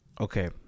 Okay